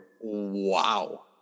Wow